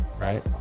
right